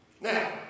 Now